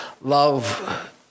love